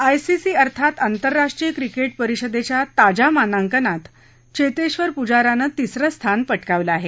ICC अर्थात आंतरराष्ट्रीय cricket परिषदेच्या ताज्या मानांकनात चेतेश्वर पुजारानं तिसरं स्थान पटकावलं आहे